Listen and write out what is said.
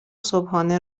صبحانه